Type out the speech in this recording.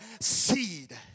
seed